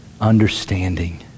understanding